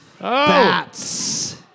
bats